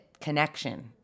connection